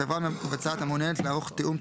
חברה מבצעת המעוניינת לערוך תיאום תשתיות,